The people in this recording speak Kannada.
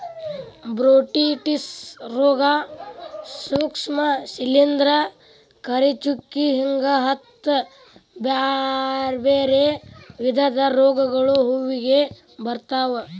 ಬೊಟ್ರೇಟಿಸ್ ರೋಗ, ಸೂಕ್ಷ್ಮ ಶಿಲಿಂದ್ರ, ಕರಿಚುಕ್ಕಿ ಹಿಂಗ ಹತ್ತ್ ಬ್ಯಾರ್ಬ್ಯಾರೇ ವಿಧದ ರೋಗಗಳು ಹೂವಿಗೆ ಬರ್ತಾವ